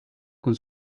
con